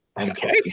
Okay